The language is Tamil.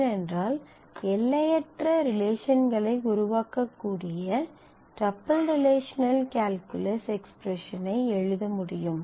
ஏனென்றால் எல்லையற்ற ரிலேஷன்களை உருவாக்கக்கூடிய டப்பிள் ரிலேஷனல் கால்குலஸ் எக்ஸ்பிரஸன் ஐ எழுத முடியும்